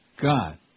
God